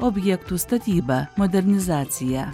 objektų statyba modernizacija